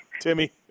Timmy